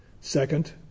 Second